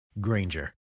Granger